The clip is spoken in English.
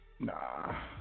Nah